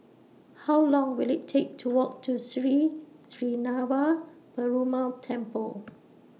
How Long Will IT Take to Walk to Sri Srinava Perumal Temple